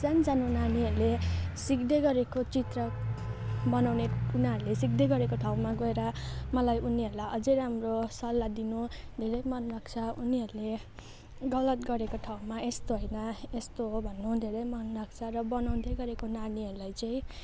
सानसानो नानीहरूले सिक्दैगरेको चित्र बनाउने उनीहरूले सिक्दैगरेको ठाउँमा गएर मलाई उनीहरूलाई अझै राम्रो सल्लाह दिनु धेरै मनलाग्छ उनीहरूले गलत गरेको ठाउँमा यस्तो होइन यस्तो हो भन्नु धेरै मनलाग्छ र बनाउँदैगरेको नानीहरूलाई चाहिँ